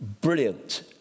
brilliant